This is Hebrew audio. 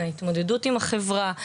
ההתמודדות עם החברה,